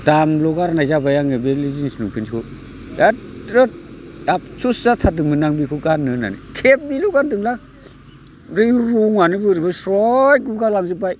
दामल' गारनाय जाबाय आङो बे जिन्स लंफेन्टखौ एग्दम आबसुस जाथारदोंमोन आं बेखौ गाननो होननानै खेबनैल' गान्दोंलां रंआनो बोरैबा स्रय गुगा लांजोबबाय